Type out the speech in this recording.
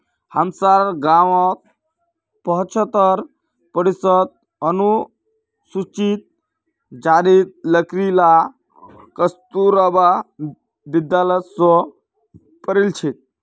हमसार गांउत पछहत्तर प्रतिशत अनुसूचित जातीर लड़कि ला कस्तूरबा विद्यालय स पढ़ील छेक